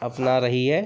अपना रही है